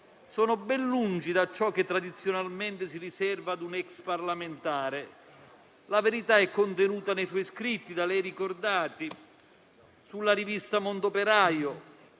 sono ben lungi da ciò che tradizionalmente si riserva a un ex parlamentare. La verità è contenuta nei suoi scritti, da lei ricordati, sulla rivista «Mondoperaio»,